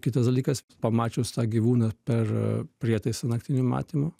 kitas dalykas pamačius tą gyvūną per prietaisą naktinio matymo